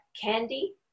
candy